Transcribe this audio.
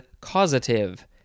causative